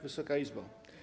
Wysoka Izbo!